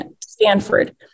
Stanford